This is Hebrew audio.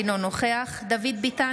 אינו נוכח דוד ביטן,